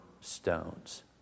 stones